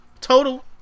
Total